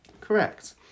Correct